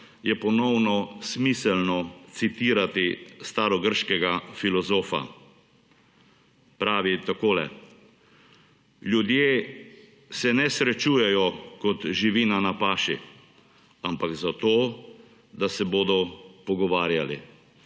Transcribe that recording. je ponovno smiselno citirati starogrškega filozofa. Pravi takole: »Ljudje se ne srečujejo kot živina na paši, ampak zato, da se bodo pogovarjali.«